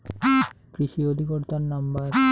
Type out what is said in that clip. কৃষি অধিকর্তার নাম্বার?